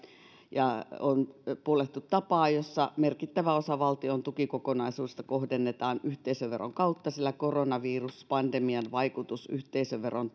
ja on puollettu tapaa jossa merkittävä osa valtion tukikokonaisuudesta kohdennetaan yhteisöveron kautta sillä koronaviruspandemian vaikutus yhteisöveron